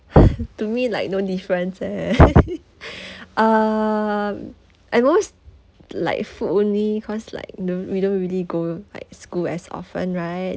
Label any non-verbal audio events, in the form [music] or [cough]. [laughs] to me like no difference eh [laughs] um I know it's like food only cause like no we don't really go like school as often right